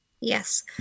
Yes